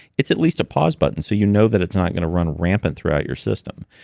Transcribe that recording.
it's at least a pause button so you know that it's not going to run rampant throughout your system.